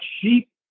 sheep